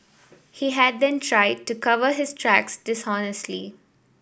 he had then tried to cover his tracks dishonestly